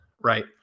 right